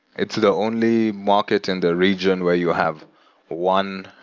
it's the only market in the region where you have one,